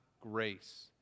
grace